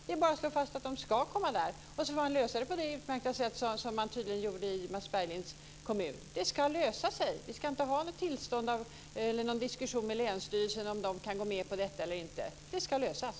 Det är bara att slå fast att de ska kunna komma dit. Sedan får man lösa det på det utmärkta sätt som man tydligen gjorde i Mats Berglinds kommun. Det ska lösa sig. Vi ska inte ha någon diskussion med länsstyrelsen om de kan gå med på detta eller inte. Det ska lösas.